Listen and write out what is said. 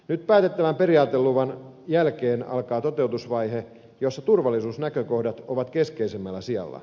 nyt päätettävän periaateluvan jälkeen alkaa toteutusvaihe jossa turvallisuusnäkökohdat ovat keskeisimmällä sijalla